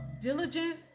diligent